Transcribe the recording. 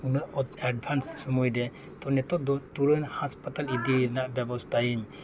ᱩᱱᱟᱹᱜ ᱚᱛ ᱮᱰᱵᱷᱟᱱᱥ ᱥᱩᱢᱟᱹᱭ ᱨᱮ ᱛᱚ ᱱᱤᱛᱚᱜ ᱫᱚ ᱛᱩᱨᱟᱹᱱᱛ ᱦᱟᱸᱥᱯᱟᱛᱟᱞ ᱤᱫᱤ ᱨᱮᱱᱟᱜ ᱵᱮᱵᱚᱥᱛᱟᱭᱟᱹᱧ